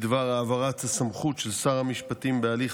בדבר העברת הסמכות של שר המשפטים בהליך